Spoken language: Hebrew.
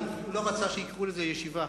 כי הוא לא רצה שיקראו לה ישיבה,